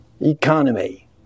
economy